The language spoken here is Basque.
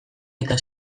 eta